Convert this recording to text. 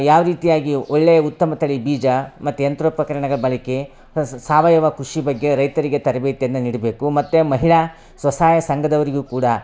ಯಾವರೀತಿಯಾಗಿ ಒಳ್ಳೆಯ ಉತ್ತಮ ತಳಿ ಬೀಜ ಮತ್ತು ಯಂತ್ರೋಪಕರಣಗಳ ಬಳಕೆ ಸಾವಯವ ಕೃಷಿ ಬಗ್ಗೆ ರೈತರಿಗೆ ತರಬೇತಿಯನ್ನು ನೀಡಬೇಕು ಮತ್ತು ಮಹಿಳಾ ಸ್ವಸಹಾಯ ಸಂಘದವ್ರಿಗೂ ಕೂಡ